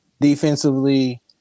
Defensively